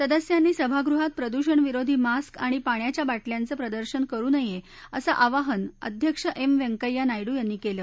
सदस्यांनी सभागृहात प्रदूषणविरोधी मास्क आणि पाण्याच्या बाटल्याचं प्रदर्शन करू नये असं आवाहन अध्यक्ष एम व्यंकय्या नायडू यांनी केलं